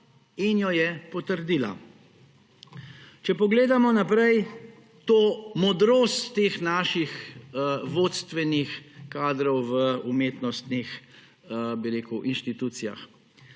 in jo je potrdila. Če pogledamo naprej, to modrost teh naših vodstvenih kadrov v umetnostnih, bi rekel, institucijah.